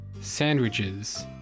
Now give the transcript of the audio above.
Sandwiches